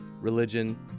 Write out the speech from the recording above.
religion